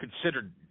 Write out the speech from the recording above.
Considered